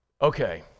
Okay